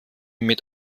mit